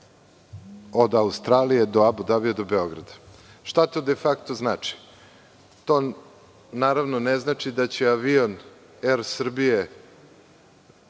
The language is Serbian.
od Australije do Abu Dabija i do Beograda. Šta to de fakto znači? Naravno, ne znači da će avion AIR Srbije,